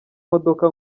modoka